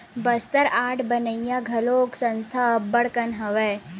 Bastar art बनइया घलो संस्था अब्बड़ कन हवय